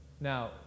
Now